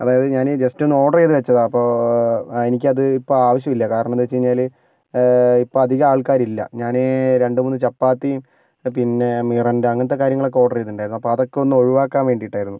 അതായത് ഞാൻ ജെസ്റ്റൊന്ന് ഓർഡർ ചെയ്ത് വെച്ചതാ അപ്പോൾ എനിക്കത് ഇപ്പോൾ ആവശ്യമില്ല കാരണം എന്താണെന്ന് വെച്ചുകഴിഞ്ഞാൽ ഇപ്പോൾ അധികമാൾക്കാരില്ല ഞാൻ രണ്ടുമൂന്ന് ചപ്പാത്തീം പിന്നെ മിറാൻറ്റ അങ്ങനത്തെ കാര്യങ്ങളൊക്കെ ഓർഡർ ചെയ്തിട്ടുണ്ടായിരുന്നു അപ്പോൾ അതൊക്കെ ഒന്നു ഒഴിവാക്കാൻ വേണ്ടീട്ടായിരുന്നു